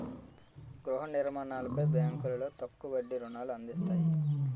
గృహ నిర్మాణాలపై బ్యాంకులో తక్కువ వడ్డీ రుణాలు అందిస్తాయి